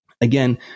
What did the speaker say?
again